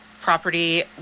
property